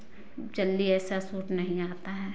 जल्दी ऐसा सूट नहीं आता है